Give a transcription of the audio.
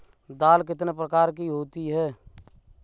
दाल कितने प्रकार की होती है?